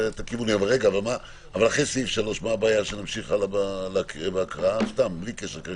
אבל אחרי סעיף 3 מה הבעיה שנמשיך בהקראה, בלי קשר?